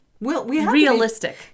realistic